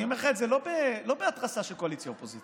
אני אומר לך את זה לא בהתרסה של קואליציה אופוזיציה: